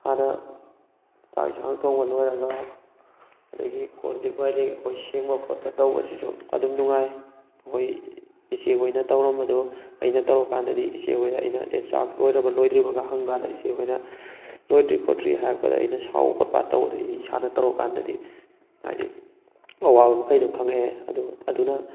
ꯍꯥꯟꯅ ꯆꯥꯛ ꯌꯦꯟꯁꯥꯡ ꯊꯣꯡꯕ ꯂꯣꯏꯔꯒ ꯑꯗꯨꯗꯒꯤ ꯀꯣꯜꯂꯤꯛ ꯋꯥꯏꯔꯤꯛ ꯑꯩꯈꯣꯏ ꯁꯦꯡꯕ ꯈꯣꯠꯄ ꯇꯧꯕꯁꯤꯁꯨ ꯑꯗꯨꯝ ꯅꯨꯡꯉꯥꯏ ꯑꯩꯈꯣꯏ ꯏꯆꯦꯈꯣꯏꯅ ꯇꯧꯔꯝꯕꯗꯣ ꯑꯩꯅ ꯇꯧꯔꯀꯥꯟꯗꯗꯤ ꯏꯆꯦꯈꯣꯏꯗ ꯑꯩꯅ ꯑꯦ ꯆꯥꯛ ꯂꯣꯏꯔꯕ ꯂꯣꯏꯗ꯭ꯔꯤꯕꯒ ꯍꯪꯕꯀꯥꯟꯗ ꯏꯆꯦꯈꯣꯏꯅ ꯂꯣꯏꯗ꯭ꯔꯤ ꯈꯣꯠꯇ꯭ꯔꯤ ꯍꯥꯏꯔꯛꯄꯗ ꯑꯩꯅ ꯁꯥꯎꯕ ꯈꯣꯠꯄ ꯇꯧꯕꯗꯨ ꯑꯩ ꯏꯁꯥꯅ ꯇꯧꯔꯀꯥꯟꯗꯗꯤ ꯍꯥꯏꯕꯗꯤ ꯑꯋꯥꯕ ꯃꯈꯩꯗꯣ ꯈꯪꯉꯛꯑꯦ ꯑꯗꯨꯅ